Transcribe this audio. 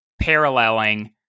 paralleling